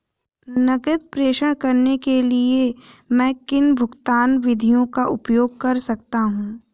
नकद प्रेषण करने के लिए मैं किन भुगतान विधियों का उपयोग कर सकता हूँ?